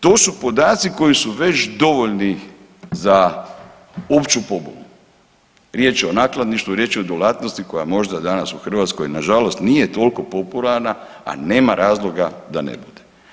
To su podaci koji su već dovoljni za opću pobunu, riječ je o nakladništvu i riječ je o djelatnosti koja možda danas u Hrvatskoj nažalost nije tolko popularna, a nema razloga da ne bude.